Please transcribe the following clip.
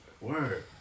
Word